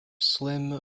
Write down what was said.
slim